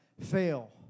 fail